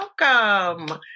welcome